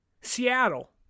Seattle